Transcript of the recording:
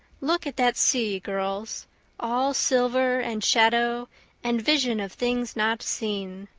look at that sea, girls all silver and shadow and vision of things not seen.